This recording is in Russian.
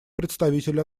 представитель